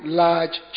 large